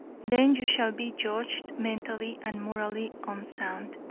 then you shall be judged mentally and morally unsound,